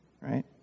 right